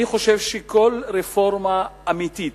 אני חושב שכל רפורמה אמיתית